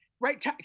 right